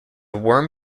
worm